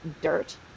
dirt